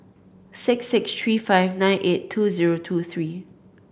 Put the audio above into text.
six six tree five nine eight two zero two three